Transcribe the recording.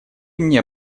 мне